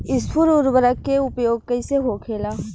स्फुर उर्वरक के उपयोग कईसे होखेला?